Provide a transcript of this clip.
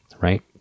right